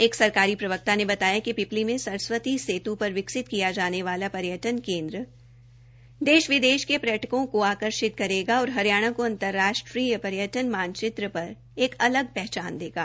एक सरकारी प्रवक्ता ने बताया कि पिपली में सरस्वती सेत् पर विकसित किया जाने वाला पर्यटन केन्द्र देश विदेश के पर्यटकों को आकर्षित करेगा और हरियाणा को अंतर्राष्ट्रीय पर्यटन मानचित्र पर एक अलग पहचान देगा